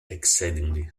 exceedingly